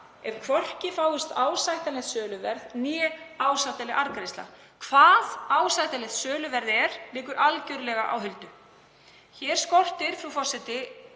ef hvorki fáist ásættanlegt söluverð né ásættanleg arðgreiðsla. Hvert ásættanlegt söluverð er liggur algjörlega á huldu. Hér skortir, frú forseti,